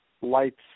lights